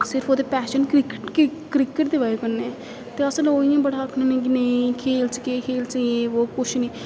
सिर्फ ओह्दे passion crick cricket दी बजह कन्नै ते अस लोक इ'यां बड़ा आखने होन्ने कि नेईं खेल च केह् खेल च ये वो कुछ निं